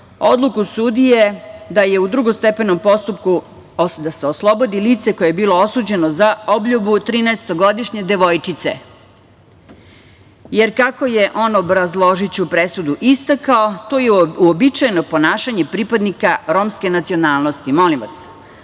postupku da se oslobodi lice koje je bilo osuđeno za obljubu trinaestogodišnje devojčice, jer kako je on obrazlažući presudu istakao, to je uobičajeno ponašanje pripadnika romske nacionalnosti. Molim vas,